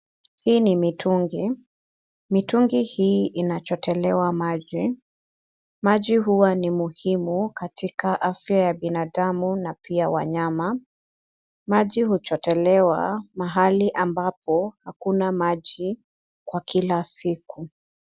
Hii ni mitungi, mitungi hii inachotelewa maji, maji huwa ni muhimu katika afya ya binadamu na pia wanyama. Maji huchotelewa mahali ambapo hakuna maji kwa kila siku.